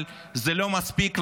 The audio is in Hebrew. אבל זה לא מספיק לה.